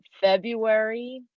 February